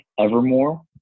evermore